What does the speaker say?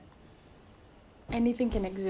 as long as you prove me like